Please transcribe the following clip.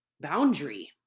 boundary